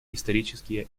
исторические